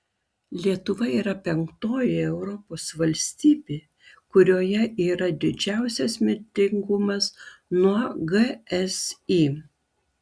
lietuva yra penktoji europos valstybė kurioje yra didžiausias mirtingumas nuo gsi